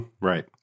Right